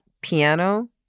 piano